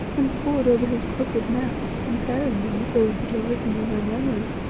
and pored over his crooked maps, comparing them with those that are written in my memory,